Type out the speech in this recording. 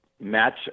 match